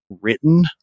written